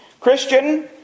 Christian